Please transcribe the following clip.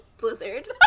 blizzard